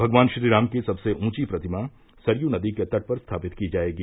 भगवान श्रीराम की सबसे ऊँची प्रतिमा सरयू नदी के तट पर स्थापित की जायेगी